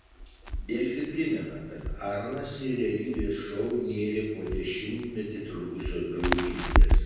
delfi primena kad arnas į realybės šou nėrė po dešimtmetį trukusios draugystės